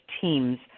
teams